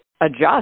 adjust